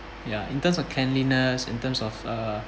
ya in terms of cleanliness in terms of uh